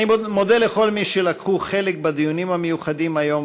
אני מודה לכל מי שלקחו חלק בדיונים המיוחדים היום,